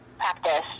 practice